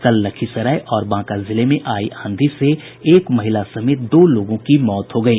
कल लखीसराय और बांका जिले में आई आंधी से एक महिला समेत दो लोगों की मौत हो गयी